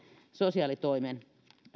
sosiaalitoimen